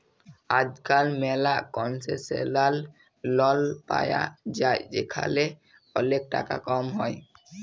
আজকাল ম্যালা concessional loan পায়া যায় যেখালে ওলেক টাকা কম হ্যয়